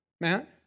Matt